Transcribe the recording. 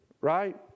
Right